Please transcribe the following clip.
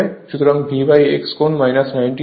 সুতরাং VX কোণ 90 হবে